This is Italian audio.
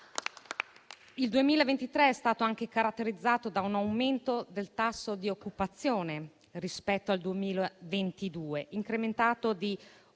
Il 2023 è stato anche caratterizzato da un aumento del tasso di occupazione rispetto al 2022, incrementato di